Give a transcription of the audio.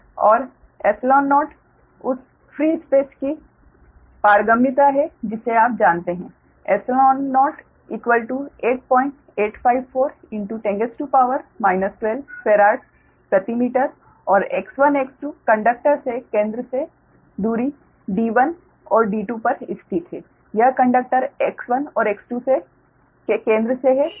और 0 उस free space की पारगम्यता है जिसे आप जानते हैं 0885410 12 फेराड्स प्रति मीटर और X1 X2 कंडक्टर के केंद्र से दूरी D1 और D2 पर स्थित है यह कंडक्टर X1 और X2 के केंद्र से है